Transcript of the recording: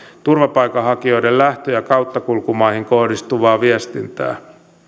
turvapaikanhakijoiden lähtö ja kauttakulkumaihin kohdistuvaa viestintää